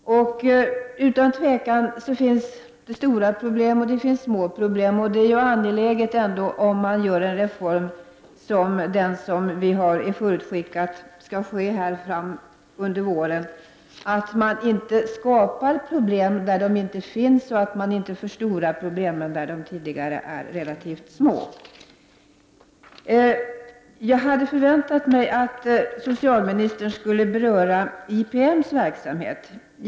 Det finns utan tvivel stora problem, och det finns små problem. Om man genomför en reform som den som är förutskickad att genomföras nu under våren är det angeläget att man inte skapar problem där de inte finns och att man inte förstorar problemen där de tidigare varit relativt små. Jag hade väntat mig att socialministern skulle beröra IPM:s verksamhet.